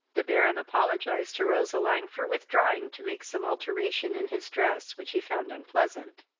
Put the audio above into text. the baron apologized to roseline for withdrawing to make some alteration in his dress, which he found unpleasant.